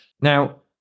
Now